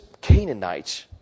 Canaanites